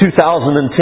2010